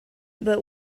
but